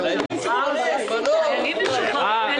לחיילים משוחררים?